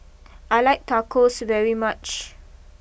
I like Tacos very much